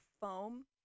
foam